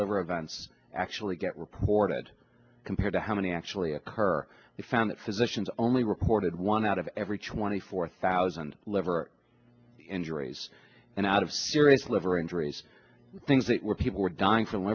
liver once actually get reported compared to how many actually occur we found that physicians only reported one out of every twenty four thousand liver injuries and out of serious liver injuries things that were people were dying from